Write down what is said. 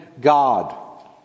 God